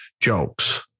jokes